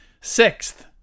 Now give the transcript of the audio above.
sixth